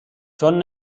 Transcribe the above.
چون